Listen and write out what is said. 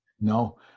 No